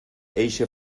eixe